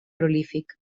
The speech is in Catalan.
prolífic